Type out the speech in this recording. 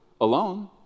alone